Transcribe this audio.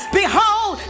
behold